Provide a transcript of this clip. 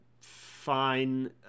Fine